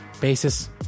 basis